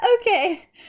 Okay